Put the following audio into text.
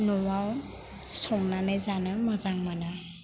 न'आव संनानै जानो मोजां मोनो